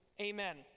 amen